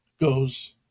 Goes